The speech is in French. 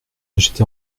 j’étais